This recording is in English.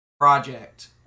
Project